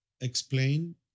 explain